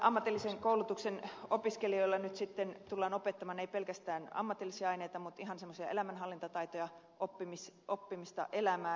ammatillisen koulutuksen opiskelijoille tullaan opettamaan ei pelkästään ammatillisia aineita vaan ihan elämänhallintataitoja oppimista elämään